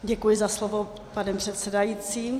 Děkuji za slovo, pane předsedající.